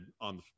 on